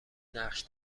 نقش